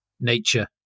Nature